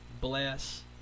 bless